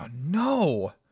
no